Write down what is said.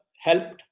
helped